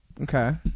Okay